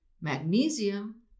magnesium